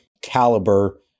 caliber